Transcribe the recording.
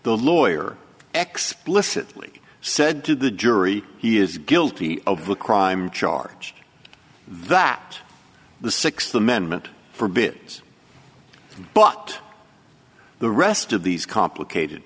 the lawyer exploits atlee said to the jury he is guilty of a crime charge that the sixth amendment forbids but the rest of these complicated